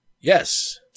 Yes